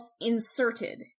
inserted